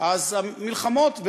אז המלחמות,